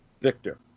victor